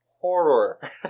horror